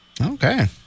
Okay